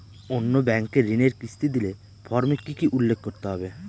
অন্য ব্যাঙ্কে ঋণের কিস্তি দিলে ফর্মে কি কী উল্লেখ করতে হবে?